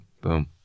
Boom